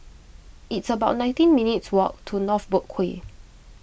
it's about nineteen minutes' walk to North Boat Quay